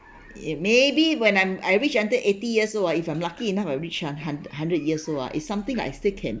ya maybe when I'm I reach until eighty years old ah if I'm lucky enough I reach ah hund~ hundred years old ah it's something like I still can